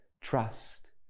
trust